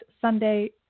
Sunday